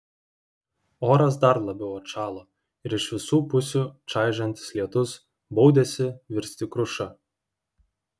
oras dar labiau atšalo ir iš visų pusių čaižantis lietus baudėsi virsti kruša